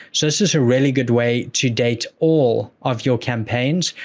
so this is a really good way to date all of your campaigns,